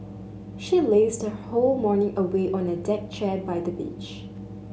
she lazed her whole morning away on a deck chair by the beach